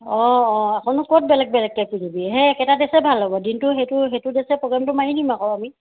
অঁ আকৌনো ক'ত বেলেগ বেলেগকৈ পিন্ধিবি সেই একেটা ড্ৰেছেই ভাল হ'ব দিনটো সেইটো ড্ৰেছতে প্ৰগ্ৰেমটো মাৰি দিম আকৌ আমি